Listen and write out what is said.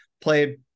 played